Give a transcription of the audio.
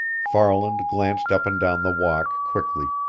farland glanced up and down the walk quickly.